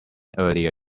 earlier